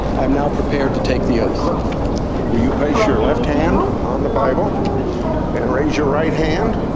i am now prepared to take the oath will you place your left hand on the bible and raise your right hand?